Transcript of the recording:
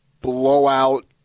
blowout